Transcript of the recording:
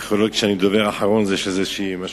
יכול להיות שזה שאני הדובר האחרון, יש לזה משמעות.